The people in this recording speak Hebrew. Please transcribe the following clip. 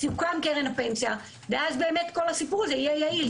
תוקם קרן הפנסיה ואז באמת כל הסיפור הזה יהיה יעיל.